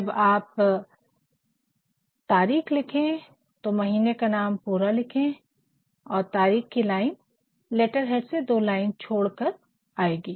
जब आप तारिख लिखे तो महीने का नाम पूरा लिखे और तारिख की लाइन लेटरहेड से दो लाइन छोड़कर आएगी